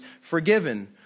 forgiven